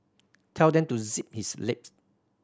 tell to zip his lips